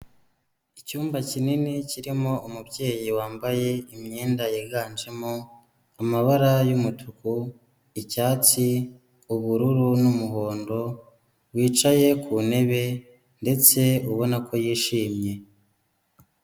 Icyumba kinini kirimo umubyeyi wambaye imyenda yiganjemo amabara y'umutuku, icyatsi, ubururu n'umuhondo wicaye ku ntebe ndetse ubona ko yishimye.